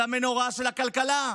זו הנורה של הכלכלה.